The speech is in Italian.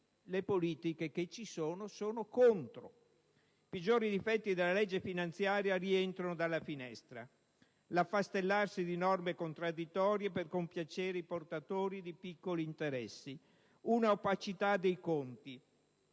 le politiche presenti sono contro. I peggiori difetti della legge finanziaria rientrano dalla finestra, come l'affastellarsi di norme contraddittorie per compiacere i portatori dì piccoli interessi, una opacità dei conti.